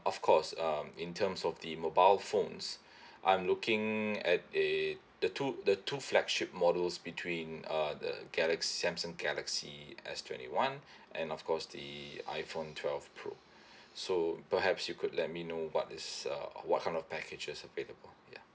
of course um in terms of the mobile phones I'm looking at a the two the two flagship models between uh the galaxy samsung galaxy S twenty one and of course the iphone twelve pro so perhaps you could let me know what is uh what kind of packages available ya